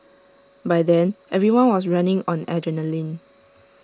by then everyone was running on adrenaline